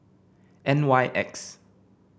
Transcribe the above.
N Y X